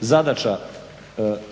zadaća novog sporazuma,